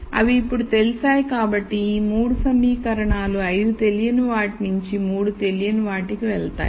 అవి ఇప్పుడు తెలిసాయి కాబట్టి ఈ 3 సమీకరణాలు 5 తెలియని వాటి నుండి 3 తెలియని వాటికి వెళ్తాయి